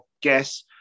guess